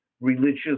religious